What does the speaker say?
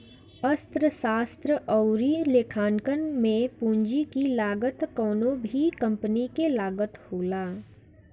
अर्थशास्त्र अउरी लेखांकन में पूंजी की लागत कवनो भी कंपनी के लागत होला